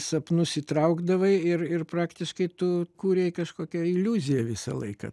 sapnus įtraukdavai ir ir praktiškai tu kūrei kažkokią iliuziją visą laiką